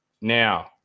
now